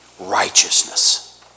Righteousness